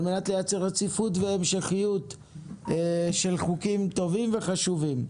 על מנת לייצר רציפות והמשכיות של חוקים טובים וחשובים.